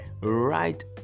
right